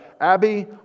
Abby